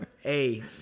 hey